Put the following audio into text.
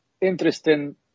interesting